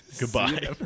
Goodbye